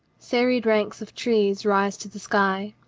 serried ranks of trees rise to the sky,